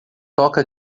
toca